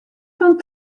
fan